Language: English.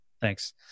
Thanks